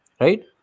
Right